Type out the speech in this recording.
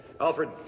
Alfred